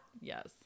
Yes